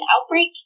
outbreak